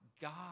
God